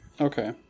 Okay